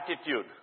attitude